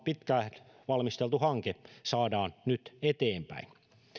pitkään valmisteltu hanke saadaan nyt eteenpäin